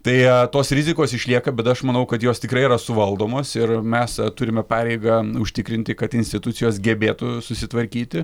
tai tos rizikos išlieka bet aš manau kad jos tikrai yra suvaldomos ir mes turime pareigą užtikrinti kad institucijos gebėtų susitvarkyti